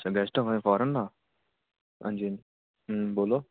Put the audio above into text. अच्छा गेस्ट आवा दे फारेन दा हांजी हांजी बोल्लो